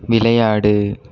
விளையாடு